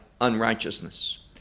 unrighteousness